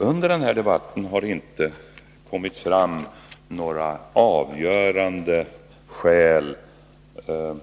Under den här debatten har det inte kommit fram några avgörande skäl som skulle tala